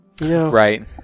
Right